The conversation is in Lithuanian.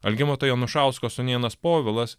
algimanto janušausko sūnėnas povilas